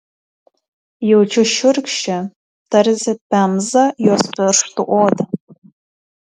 jaučiau šiurkščią tarsi pemza jos pirštų odą